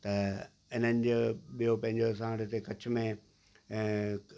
त इनन जो ॿियो पंहिंजो असां वटि हिते कच्छ में ऐं